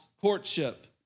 courtship